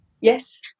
Yes